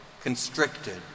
constricted